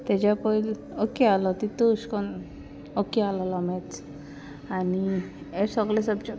तेज्या पयलीं ओके आसलो तितू ऐश कोन्न ओके आसलोलो मॅत्स आनी हे सोगले सब्जक्ट